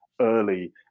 early